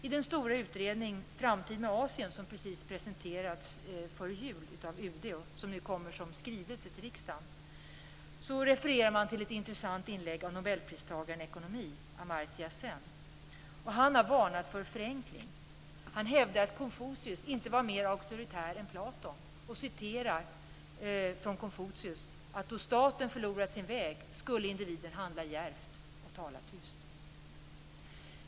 I den stora utredningen Framtid med Asien, som precis presenterades före jul av UD och som nu kommer som skrivelse till riksdagen, refererar man till ett intressant inlägg av nobelpristagaren i Ekonomi, Amartya Sen. Han har varnat för förenkling. Han hävdar att Konfucius inte var mer auktoritär än Platon och citerar från Konfucius att då staten "förlorat sin väg skulle individen handla djärvt och tala tyst".